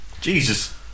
Jesus